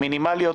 המינימליות.